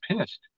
pissed